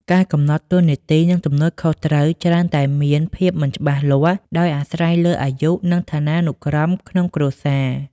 ការកំណត់តួនាទី និងទំនួលខុសត្រូវច្រើនតែមានភាពមិនច្បាស់លាស់ ដោយអាស្រ័យលើអាយុ និងឋានានុក្រមក្នុងគ្រួសារ។